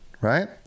right